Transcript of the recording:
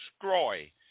destroy